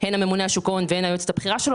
הן מעמיקות ככל הנדרש.